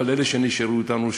אבל אלה שנשארו אתנו,